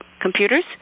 computers